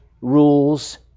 rules